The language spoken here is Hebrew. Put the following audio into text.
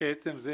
שעצם זה